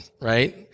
right